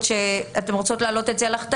בבקשה תעבירו את זה.